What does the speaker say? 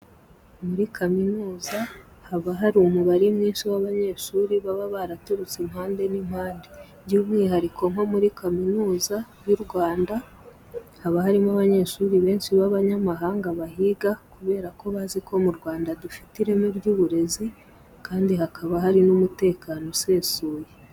Muri kaminuza haba hari umubare mwinshi w'abanyeshuri baba baraturutse impande n'impande. By'umwihariko nko muri Kaminuza y'u Rwanda haba harimo abanyeshuri benshi b'abanyamahanga bahiga kubera ko bazi ko mu Rwanda dufite ireme ry'uburezi kandi hakaba hari n'umutekano usesuye.